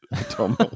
Tom